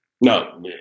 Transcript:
No